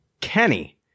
Kenny